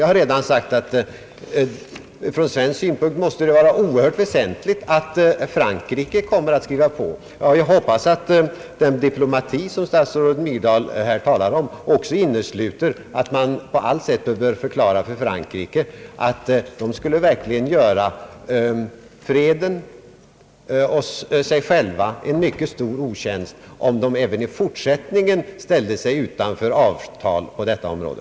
Jag har redan sagt att det från svensk synpunkt måste vara oerhört väsentligt att Frankrike skriver på, och jag hoppas att den diplomati som statsrådet Myrdal här talar om också innesluter att man förklarar för Frankrike att det verkligen skulle göra freden och sig självt en mycket stor otjänst om Frankrike även i fortsättningen ställde sig utanför avtal på detta område.